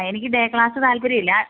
ആ എനിക്ക് day class താൽപര്യം ഇല്ല